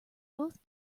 both